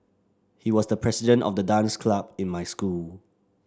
he was the president of the dance club in my school